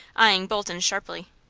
eying bolton sharply.